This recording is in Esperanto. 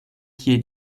kie